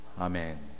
Amen